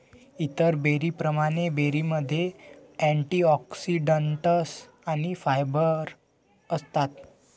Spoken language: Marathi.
इतर बेरींप्रमाणे, बेरीमध्ये अँटिऑक्सिडंट्स आणि फायबर असतात